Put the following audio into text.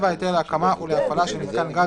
(57)היתר להקמה או להפעלה של מיתקן גז